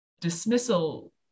dismissal